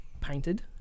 painted